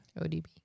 ODB